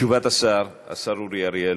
תשובת השר אורי אריאל,